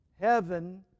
Heaven